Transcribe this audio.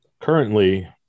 Currently